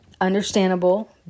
understandable